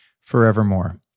forevermore